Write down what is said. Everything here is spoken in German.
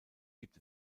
gibt